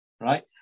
right